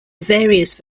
various